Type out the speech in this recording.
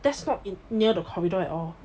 that's not near the corridor at all